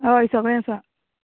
हय सगळें आसा